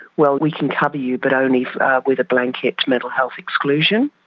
well, we can cover you but only with a blanket mental health exclusion'.